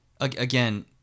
again